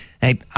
hey